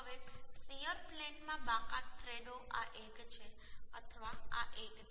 હવે શીયર પ્લેનમાં બાકાત થ્રેડો આ એક છે અથવા આ એક છે